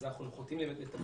אז אנחנו חוטאים לתפקידנו.